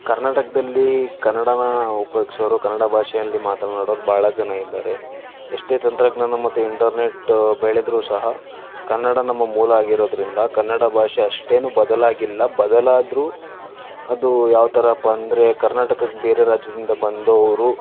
ಕರ್ನಾಟಕದಲ್ಲಿ ಕನ್ನಡನ ಉಪಯೋ್ಗಿಸೋರು ಕನ್ನಡ ಭಾಷೆಯಲ್ಲಿ ಮಾತನಾಡೋರು ಬಹಳ ಜನ ಇದ್ದಾರೆ ಎಷ್ಟೇ ತಂತ್ರಜ್ಞಾನ ಮತ್ತೆ ಇಂಟರ್ನೆಟ್ ಬೆಳೆದರೂ ಸಹ ಕನ್ನಡ ನಮ್ಮ ಮೂಲ ಆಗಿರೋದರಿಂದ ಕನ್ನಡ ಭಾಷೆ ಅಷ್ಟೇನು ಬದಲಾಗಿಲ್ಲ ಬದಲಾದರು ಅದು ಯಾವಥರಾಪ್ಪ ಅಂದರೆ ಕರ್ನಾಟಕಕ್ಕೆ ಬೇರೆ ರಾಜ್ಯದಿಂದ ಬಂದೋರು